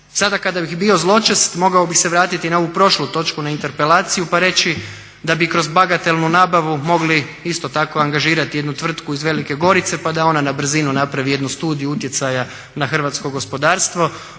Sada kada bih bio zločest mogao bi se vratiti na ovu prošlu točku, na interpelaciju pa reći da bi kroz bagatelnu nabavu mogli isto tako angažirati jednu tvrtku iz Velike Gorice pa da ona na brzinu napravi jednu studiju utjecaja na hrvatsko gospodarstvo